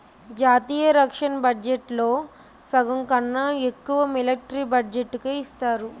జాతీయ రక్షణ బడ్జెట్లో సగంకన్నా ఎక్కువ మిలట్రీ బడ్జెట్టుకే ఇస్తారు